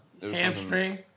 Hamstring